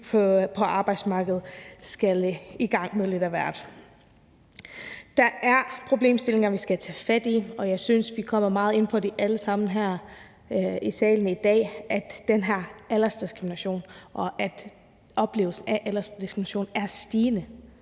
på arbejdsmarkedet skal i gang med lidt af hvert. Der er problemstillinger, vi skal tage fat i, og jeg synes, at vi alle sammen her i salen i dag kommer meget ind på det, nemlig oplevelsen af, at den her aldersdiskrimination er stigende,